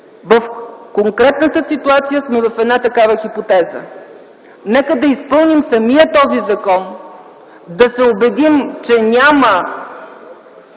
В конкретната ситуация сме в една такава хипотеза. Нека да изпълним самия този закон, да се убедим, че няма